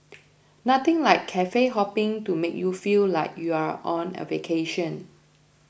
nothing like cafe hopping to make you feel like you're on a vacation